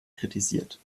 kritisiert